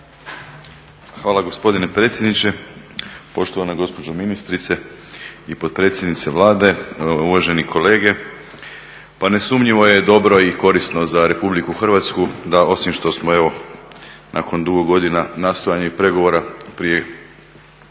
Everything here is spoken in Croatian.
Hvala gospodine predsjedniče, poštovana gospođo ministrice i potpredsjednice Vlade, uvaženi kolege. Pa nesumnjivo je dobro i korisno za Republiku Hrvatsku da osim što smo evo nakon dugo godina nastojanja i pregovora prije